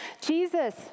Jesus